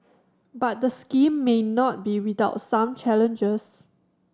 but the scheme may not be without some challenges